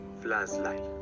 flashlight